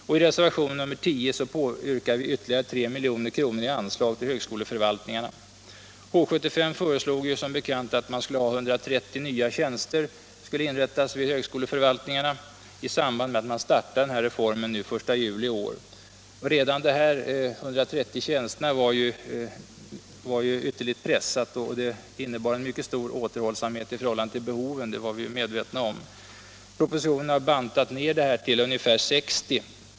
I reservationen 10 påyrkar vi ytterligare 3 milj.kr. i anslag till högskoleförvaltningarna. H 75 föreslog som bekant att 130 nya tjänster skulle inrättas vid högskoleförvaltningarna i samband med att man startade den här reformen den 1 juli i år. Redan de här 130 tjänsterna var ett ytterligt pressat förslag och innebar en mycket stor återhållsamhet i förhållande till behoven — det var vi medvetna om. Oppositionen har bantat ner det här till ungefär 60 tjänster.